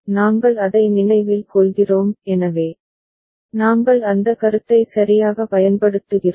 நாங்கள் அதை நினைவில் கொள்கிறோம் எனவே நாங்கள் அந்த கருத்தை சரியாக பயன்படுத்துகிறோம்